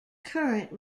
current